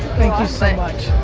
thank you so much.